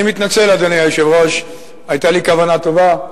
אני מתנצל, אדוני היושב-ראש, היתה לי כוונה טובה,